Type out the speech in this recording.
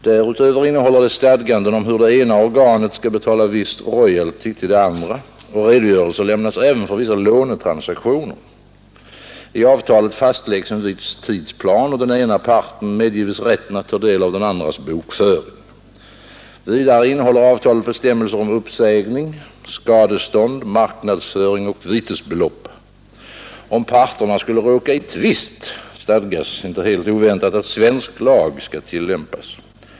Därutöver innehåller det stadganden om hur det ena organet skall betala viss royalty till det andra, och redogörelse lämnas även för vissa lånetransaktioner. I avtalet fastläggs en viss tidsplan, och den ena parten medges rätten att ta del av den andras bokföring. Vidare innehåller avtalet bestämmelser om uppsägning, skadestånd, marknadsföring och vitesbeslopp. Om parterna skulle råka i tvist stadgas — inte helt oväntat — att svensk lag skall tillämpas.